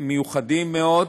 מיוחדים מאוד,